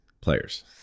Players